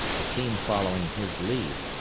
the team following his lead.